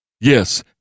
Yes